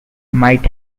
might